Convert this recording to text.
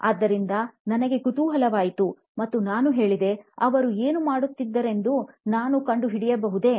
ಆದ್ದರಿಂದ ನನಗೆ ಕುತೂಹಲವಾಯಿತು ಮತ್ತು ನಾನು ಹೇಳಿದೆ ಅವನು ಏನು ಮಾಡುತ್ತಿದನೆಂದು ನಾನು ಕಂಡುಹಿಡಿಯಬಹುದೇ